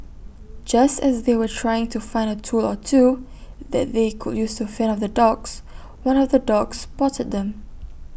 just as they were trying to find A tool or two that they could use to fend off the dogs one of the dogs spotted them